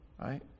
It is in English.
right